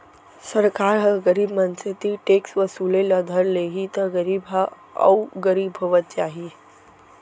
सरकार ह गरीब मनसे तीर टेक्स वसूले ल धर लेहि त गरीब ह अउ गरीब होवत जाही